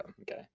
okay